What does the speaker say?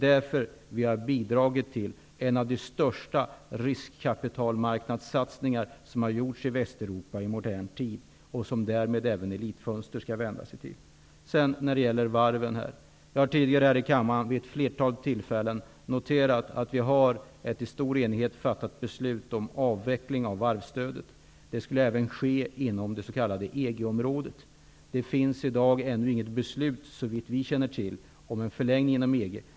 Därför har vi bidragit till en av de största riskkapitalmarknadssatsningarna i Västeuropa i modern tid -- detta gäller även Elit-Fönster. Sedan något om varven. Jag har tidigare här i kammaren vid ett flertal tillfällen noterat att det finns ett i stor enighet fattat beslut om en avveckling av varvsstödet. Det skulle även ske inom det s.k. EG-området. Såvitt vi känner till har ännu inte något beslut fattats om en förlängning inom EG.